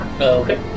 Okay